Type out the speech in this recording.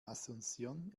asunción